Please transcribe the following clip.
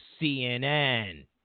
CNN